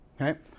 Okay